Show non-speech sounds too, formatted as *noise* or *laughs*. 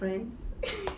friends *laughs*